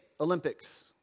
Olympics